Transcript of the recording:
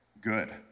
Good